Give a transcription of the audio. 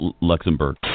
Luxembourg